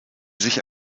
sich